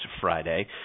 Friday